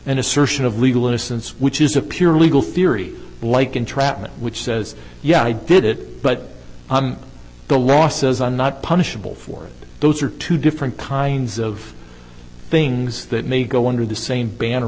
an assertion of legal innocence which is a pure legal theory like entrapment which says yeah i did it but the law says i'm not punishable for those are two different kinds of things that may go under the same banner